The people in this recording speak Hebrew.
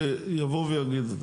שיבוא ויגיד.